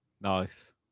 nice